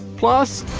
plus